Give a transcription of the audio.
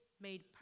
made